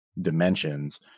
dimensions